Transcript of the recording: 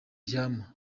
vyama